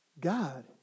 God